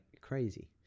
crazy